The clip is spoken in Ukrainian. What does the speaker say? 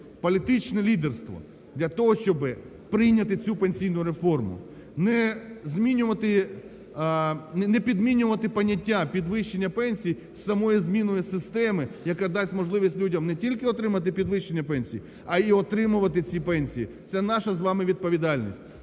політичне лідерство для того, щоб прийняти цю пенсійну реформу, не змінювати… не підмінювати поняття підвищення пенсії з самою зміною системи, яка дасть можливість людям отримати не тільки підвищення пенсії, а і отримувати ці пенсії, це наша з вами відповідальність.